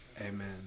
Amen